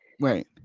Right